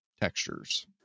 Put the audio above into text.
textures